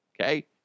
Okay